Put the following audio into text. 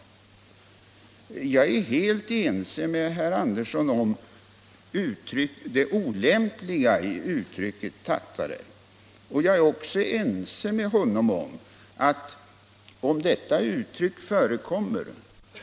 Torsdagen den Jag är helt ense med herr Andersson om det olämpliga i att använda 17 februari 1977 uttrycket tattare. Och jag är också ense med honom om, att för den händelse uttrycket förekommer